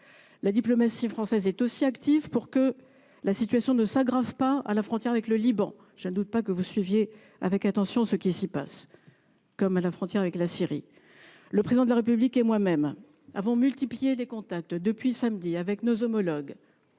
La diplomatie française est aussi active pour que la situation ne s’aggrave pas à la frontière avec le Liban – je ne doute pas que vous suivez avec attention ce qui s’y passe –, comme à la frontière avec la Syrie. Depuis samedi dernier, le Président de la République et moi-même avons multiplié les contacts avec nos homologues